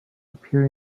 appear